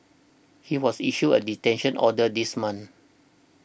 he was issued a detention order this month